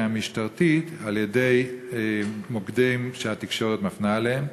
המשטרתית על-ידי מוקדים שהתקשורת מפנה אליהם,